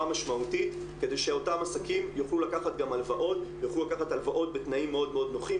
משמעותית כדי שאותם עסקים יוכלו לקחת גם הלוואות בתנאים מאוד נוחים,